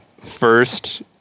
first